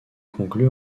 conclue